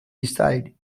decide